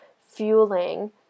fueling